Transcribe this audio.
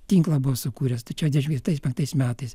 tinklą buvo sukūręs tai čia dvidešimt ketvirtais penktais metais